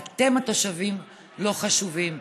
אתם, התושבים, לא חשובים,